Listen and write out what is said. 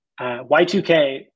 Y2K